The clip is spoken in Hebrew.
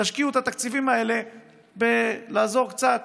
תשקיעו את התקציבים האלה כדי לעזור קצת